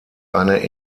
eine